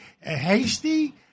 hasty—